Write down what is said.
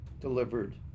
delivered